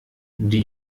die